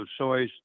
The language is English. soys